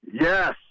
Yes